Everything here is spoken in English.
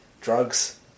drugs